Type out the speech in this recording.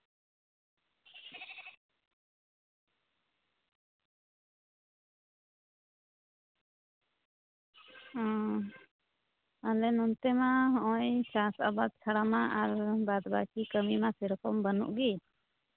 ᱚ ᱟᱞᱮ ᱱᱚᱱᱛᱮ ᱢᱟ ᱦᱚᱸᱜᱼᱚᱭ ᱪᱟᱥ ᱟᱵᱟᱫᱽ ᱪᱷᱟᱲᱟ ᱢᱟ ᱟᱨ ᱵᱟᱫᱽ ᱵᱟᱹᱠᱤ ᱠᱟᱹᱢᱤ ᱢᱟ ᱥᱮᱨᱚᱠᱚᱢ ᱵᱟᱹᱱᱩᱜ ᱜᱮ